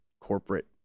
corporate